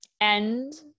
end